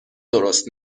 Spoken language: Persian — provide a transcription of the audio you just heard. درست